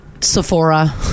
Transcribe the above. Sephora